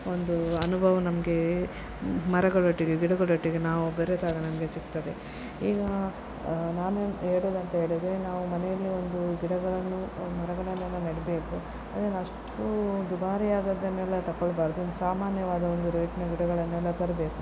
ಒಂದು ಅನುಭವ ನಮಗೆ ಮರಗಳೊಟ್ಟಿಗೆ ಗಿಡಗಳೊಟ್ಟಿಗೆ ನಾವು ಬೆರೆತಾಗ ನಮಗೆ ಸಿಗ್ತದೆ ಈಗ ನಾನು ಹೇಳೋದೆಂತ ಹೇಳಿದರೆ ನಾವು ಮನೆಯಲ್ಲಿ ಒಂದು ಗಿಡಗಳನ್ನು ಮರಗಳನ್ನೆಲ್ಲ ನೆಡಬೇಕು ಅದೇನು ಅಷ್ಟು ದುಬಾರಿಯಾದದ್ದನ್ನೆಲ್ಲ ತಕೊಳ್ಬಾರ್ದು ಸಾಮಾನ್ಯವಾದ ಒಂದು ರೇಟಿನ ಗಿಡಗಳನ್ನೆಲ್ಲ ತರಬೇಕು